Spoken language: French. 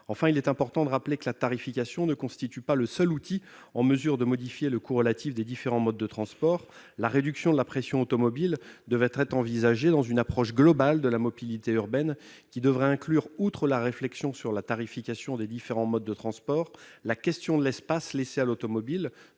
Enfin, il convient de rappeler que la tarification ne constitue pas le seul outil en mesure de modifier le coût relatif des différents modes de transport. La réduction de la pression automobile devrait être envisagée dans une approche globale de la mobilité urbaine, incluant, outre la réflexion sur la tarification des différents modes de transport, la question de l'espace laissé à l'automobile-